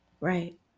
right